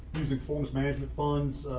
using forms management funds,